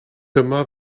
dyma